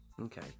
Okay